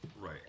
Right